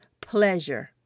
pleasure